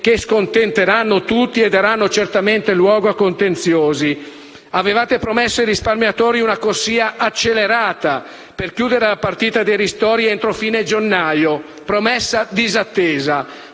che scontenteranno tutti e daranno certamente luogo a contenziosi. Avevate promesso ai risparmiatori una corsia accelerata per chiudere la partita dei ristori entro la fine di gennaio; promessa disattesa.